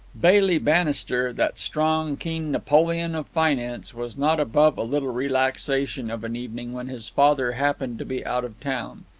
bailey bannister, that strong, keen napoleon of finance, was not above a little relaxation of an evening when his father happened to be out of town.